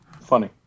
Funny